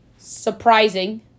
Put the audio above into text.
surprising